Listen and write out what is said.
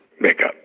makeup